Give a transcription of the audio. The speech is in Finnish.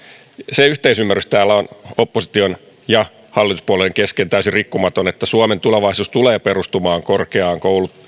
se yhteisymmärrys täällä on opposition ja hallituspuolueiden kesken täysin rikkumaton että suomen tulevaisuus tulee perustumaan korkeaan